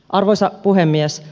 arvoisa puhemies